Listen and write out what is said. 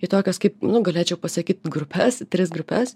į tokias kaip nu galėčiau pasakyt grupes į tris grupes